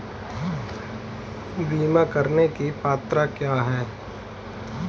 बीमा करने की पात्रता क्या है?